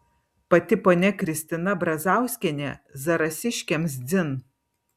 pati ponia kristina brazauskienė zarasiškiams dzin